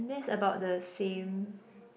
then it's about the same